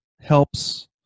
helps